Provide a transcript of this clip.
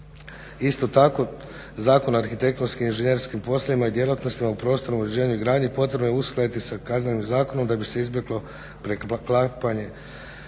Isto tako, Zakon o arhitektonskim i inženjerskim poslovima i djelatnostima u prostornom uređenju i gradnji potrebno je uskladiti sa Kaznenim zakonom da bi se izbjeglo preklapanje